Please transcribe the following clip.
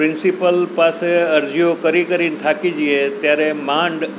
principal પાસે અરજીઓ કરી કરીને થાકી જઈએ ત્યારે માંડ